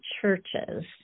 churches